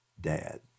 Dad